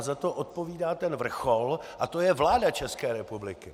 Za to odpovídá ten vrchol a to je vláda České republiky.